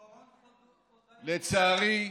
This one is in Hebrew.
לצערי,